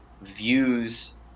views